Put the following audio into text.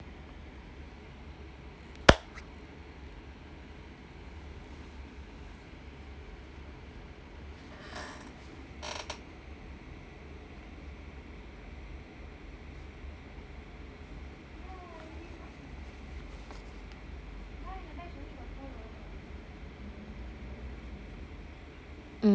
mm